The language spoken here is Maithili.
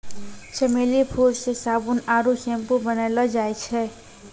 चमेली फूल से साबुन आरु सैम्पू बनैलो जाय छै